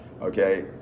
okay